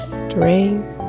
strength